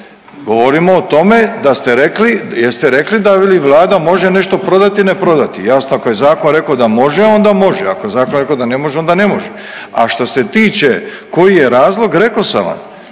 dan. Govorimo o tome da ste rekli, jeste li rekli da li Vlada može nešto prodati, ne prodati? Jasno ako je Zakon rekao da može onda može. Ako je Zakon rekao da ne može onda ne može. A što se tiče koji je razlog, rekao sam vam.